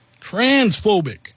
Transphobic